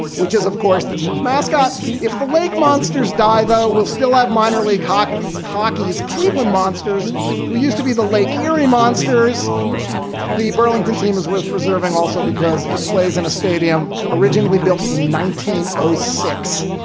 which is, of course, the team's mascot. if the lake monsters die, though, we'll still have minor league hockey hockey's cleveland monsters who used to be the lake erie monsters the burlington team is worth preserving also because it plays in a stadium originally built in nineteen oh six.